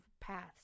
paths